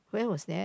where was that